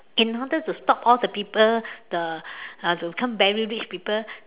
in order to stop all the people the uh to become very rich people